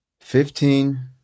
fifteen